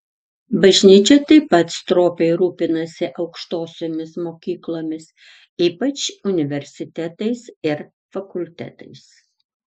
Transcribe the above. bažnyčia taip pat stropiai rūpinasi aukštosiomis mokyklomis ypač universitetais ir fakultetais